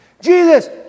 Jesus